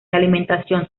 alimentación